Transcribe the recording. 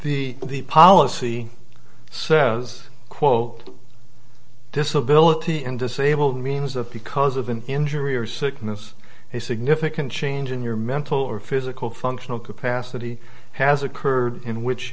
the the policy says quote disability and disabled means of because of an injury or sickness a significant change in your mental or physical functional capacity has occurred in which